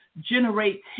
generate